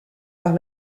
par